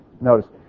Notice